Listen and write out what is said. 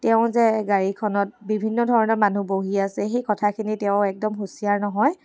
তেওঁ যে গাড়ীখনত বিভিন্ন ধৰণৰ মানুহ বহি আছে সেই কথাখিনি তেওঁ একদম হুঁচিয়াৰ নহয়